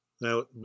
Now